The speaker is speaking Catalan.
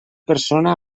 persona